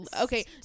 Okay